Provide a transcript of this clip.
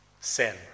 sin